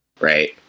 right